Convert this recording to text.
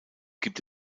gibt